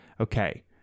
Okay